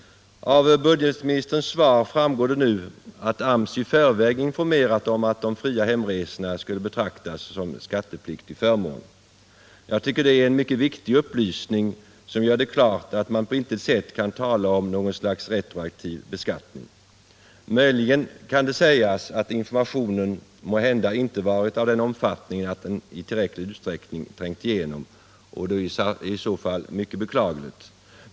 Av budgetministerns svar framgår nu att AMS i förväg informerat om att de fria hemresorna skulle betraktas som en skattepliktig förmån. Jag tycker det är en mycket viktig upplysning, som gör klart att man på intet sätt kan tala om något slags retroaktiv beskattning. Möjligen kan det sägas att informationen inte varit av den omfattningen att den i tillräcklig utsträckning trängt igenom, och det är i så fall mycket beklagligt.